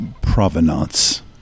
provenance